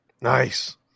Nice